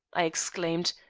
i exclaimed.